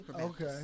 Okay